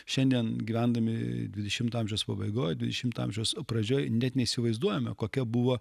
šiandien gyvendami dvidešimto amžiaus pabaigoj dvidešimto amžiaus pradžioj net neįsivaizduojame kokia buvo